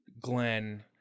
Glenn